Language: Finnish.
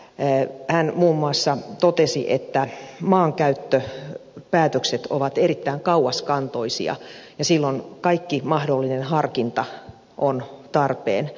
hän muun muassa totesi että maankäyttöpäätökset ovat erittäin kauaskantoisia ja silloin kaikki mahdollinen harkinta on tarpeen